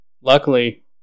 Luckily